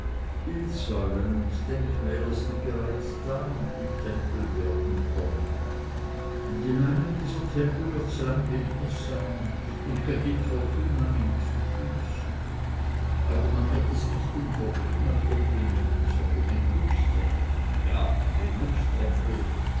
bildsäulen und denkmäler sind bereits da und die tempel werden kommen und in einem dieser tempel wird sein bildnis sein und göttin fortuna ihm zu füßen aber man wird es nicht den fortunatempel nennen sondern den glückstempel ja den